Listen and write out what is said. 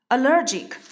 Allergic